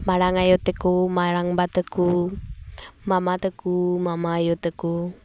ᱢᱟᱲᱟᱝ ᱟᱭᱳ ᱛᱟᱠᱚ ᱢᱟᱲᱟᱝᱵᱟ ᱛᱟᱠᱚ ᱢᱟᱢᱟ ᱛᱟᱠᱚ ᱢᱟᱢᱟᱭᱳ ᱛᱟᱠᱚ